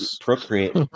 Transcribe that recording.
procreate